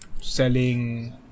selling